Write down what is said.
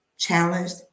challenged